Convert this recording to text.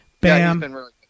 Bam